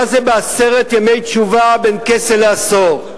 היה זה בעשרת ימי תשובה, בין כסה לעשור,